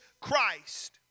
Christ